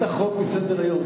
אל תחרוג מסדר-היום.